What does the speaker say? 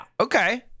Okay